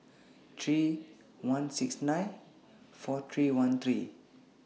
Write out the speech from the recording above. three one six nine four three one three